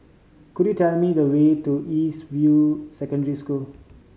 could you tell me the way to East View Secondary School